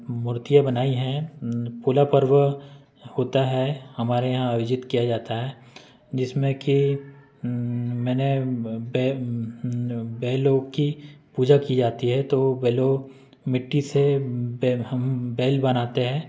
मूर्तियाँ बनाई हैं फुला पर्व होता है हमारे यहाँ आयोजित किया जाता है जिसमें कि मैंने बैलों की पूजा की जाती है तो बैलों मिट्टी से बैल हम बैल बनाते हैं